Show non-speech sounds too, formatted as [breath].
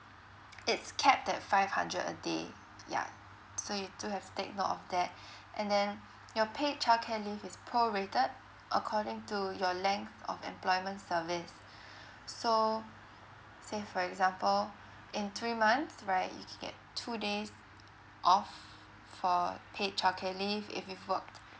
it's capped at five hundred a day yeah so you do have to take note of that [breath] and then your paid childcare leave is prorated according to your length of employment service so say for example in three months right you can get two days off for paid childcare leave if you've worked